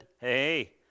Hey